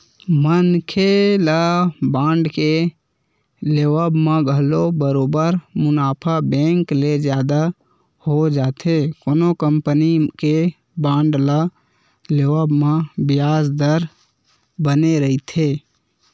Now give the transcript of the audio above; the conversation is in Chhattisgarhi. मनखे ल बांड के लेवब म घलो बरोबर मुनाफा बेंक ले जादा हो जाथे कोनो कंपनी के बांड ल लेवब म बियाज दर बने रहिथे